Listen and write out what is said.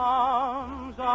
arms